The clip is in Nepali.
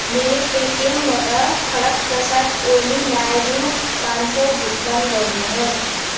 मेरो पेटिएमबाट खढ्ग प्रसाद ओली लाई रु पाचँ सौ भुक्तान गर्नुहोस्